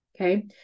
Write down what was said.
okay